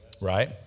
Right